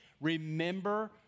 Remember